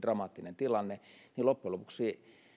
dramaattinen tilanne loppujen lopuksi